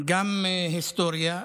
גם היסטוריה,